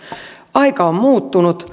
aika on muuttunut